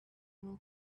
will